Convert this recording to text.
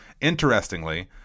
Interestingly